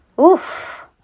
oof